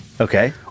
Okay